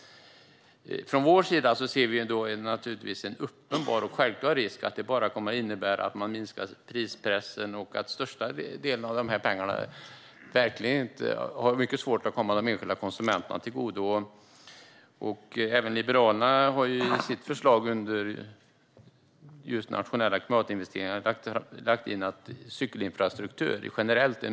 Vi ser en uppenbar och självklar risk för att det bara kommer att innebära att man minskar prispressen och att största delen av pengarna inte kommer att komma de enskilda konsumenterna till del. Liberalerna har också lagt in, under just Nationella klimatinvesteringar, att det är mycket viktigare att satsa på cykelinfrastruktur generellt.